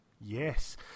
Yes